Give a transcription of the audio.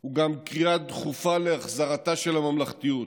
הוא גם קריאה דחופה להחזרתה של הממלכתיות.